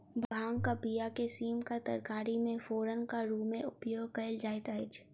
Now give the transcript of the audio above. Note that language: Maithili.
भांगक बीया के सीमक तरकारी मे फोरनक रूमे उपयोग कयल जाइत अछि